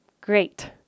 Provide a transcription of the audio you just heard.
Great